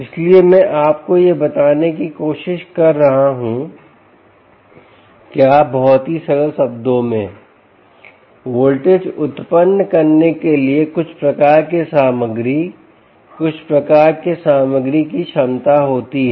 इसलिए मैं आपको यह बताने की कोशिश कर रहा हूं क्या बहुत ही सरल शब्दों में वोल्टेज उत्पन्न करने के लिए कुछ प्रकार के सामग्री कुछ प्रकार की सामग्री की क्षमता होती है